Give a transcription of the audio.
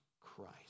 Christ